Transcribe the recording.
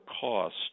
cost